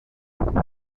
además